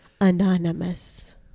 anonymous